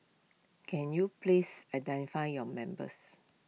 can you please identify your members